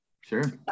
Sure